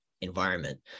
environment